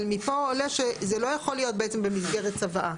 אבל מפה עולה שזה לא יכול להיות בעצם במסגרת צוואה.